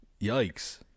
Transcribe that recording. Yikes